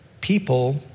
people